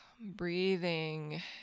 Breathing